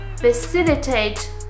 facilitate